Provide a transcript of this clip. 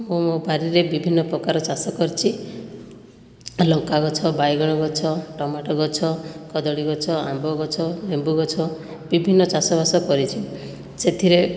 ମୁଁ ମୋ' ବାରିରେ ବିଭିନ୍ନ ପ୍ରକାର ଚାଷ କରିଛି ଲଙ୍କା ଗଛ ବାଇଗଣ ଗଛ ଟମାଟୋ ଗଛ କଦଳୀ ଗଛ ଆମ୍ବ ଗଛ ଲେମ୍ବୁ ଗଛ ବିଭିନ୍ନ ଚାଷ ବାସ କରିଛି ସେଥିରେ